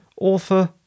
author